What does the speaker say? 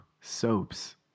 soaps